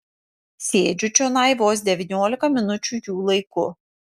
sėdžiu čionai vos devyniolika minučių jų laiku